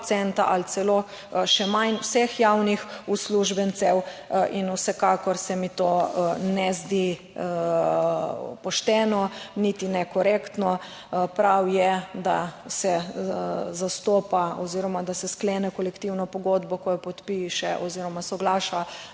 ali celo še manj, vseh javnih uslužbencev. In vsekakor se mi to ne zdi pošteno, niti ne korektno. Prav je, da se zastopa oziroma, da se sklene kolektivno pogodbo, ko jo podpiše oziroma soglaša